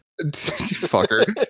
Fucker